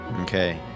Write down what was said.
Okay